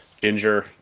ginger